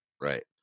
Right